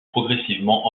progressivement